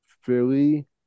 Philly